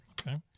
Okay